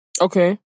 Okay